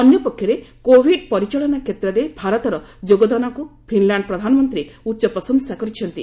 ଅନ୍ୟପକ୍ଷରେ କୋଭିଡ ପରିଚାଳନା କ୍ଷେତ୍ରରେ ଭାରତର ଯୋଗଦାନକୁ ଫିନଲ୍ୟାଣ୍ଡ ପ୍ରଧାନମନ୍ତ୍ରୀ ଉଚ୍ଚପ୍ରଶଂସା କରିଛନ୍ତି